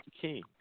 King